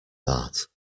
that